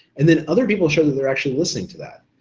and then other people show that they're actually listening to that.